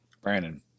Brandon